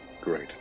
Great